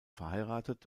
verheiratet